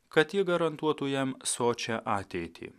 kad ji garantuotų jam sočią ateitį